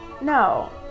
No